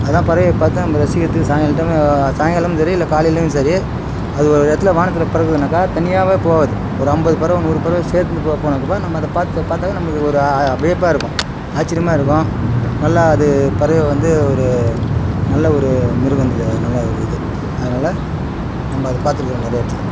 அதுதான் பறவையை பார்த்தா நம்ம ரசிக்கிறதுக்கு சாய்ங்காலம் டைமு சாய்ங்காலமும் சரி இல்லை காலையிலும் சரி அது ஒரு இடத்துல வானத்தில் பறக்குதுனாக்கா தனியாவே போகாது ஒரு ஐம்பது பறவை நூறு பறவை சேர்ந்து போ போனாக்கா நம்ம அதை பார்த்து பார்த்தாக்க நம்மளுக்கு ஒரு வியப்பாக இருக்கும் ஆச்சரியமாக இருக்கும் நல்லா இது பறவையை வந்து ஒரு நல்ல ஒரு மிருகம் வந்து நல்ல ஒரு இது அதனால் நம்ம அத பார்த்துருக்கோம் நிறைய இடத்துல